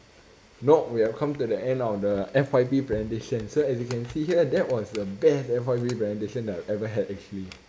nope we have come to the end of the F_Y_P presentation so as you can see here that was the best F_Y_P presentation that I've ever had actually